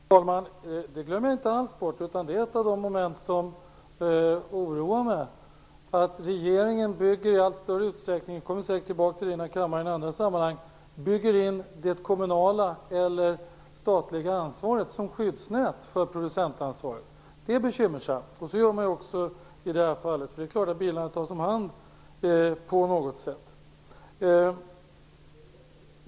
Herr talman! Det glömmer jag inte alls bort. Ett av de moment som oroar mig och som vi säkert kommer tillbaka till i andra sammanhang i den här kammaren, är att regeringen i allt större utsträckning bygger in kommunalt eller statligt ansvar som skyddsnät för producentansvaret. Det är bekymmersamt. Så gör man också i det här fallet, för det är klart att bilarna tas om hand på något sätt.